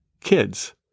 kids